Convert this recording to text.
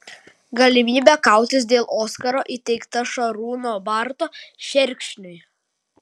galimybė kautis dėl oskaro įteikta šarūno barto šerkšnui